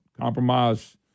compromise